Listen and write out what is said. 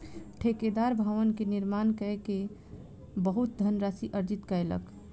ठेकेदार भवन के निर्माण कय के बहुत धनराशि अर्जित कयलक